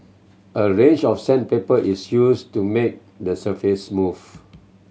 a range of sandpaper is used to make the surface smooth